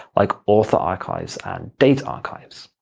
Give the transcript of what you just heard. like author archives and date archives.